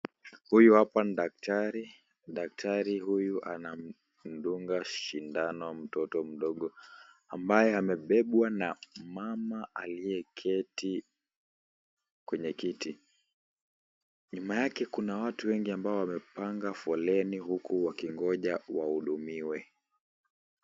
Huyu hapa ni daktari, daktari huyu anamdunga shindano mtoto mdogo ambaye amebebwa na mama aliyeketi kwenye kiti, nyuma yake kuna watu wengi ambao wamepanga foleni huku wakingoja waudumiwe.